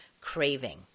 craving